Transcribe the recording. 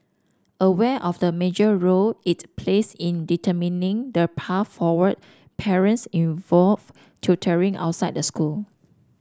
aware of the major role it plays in determining the path forward parents involve tutoring outside the school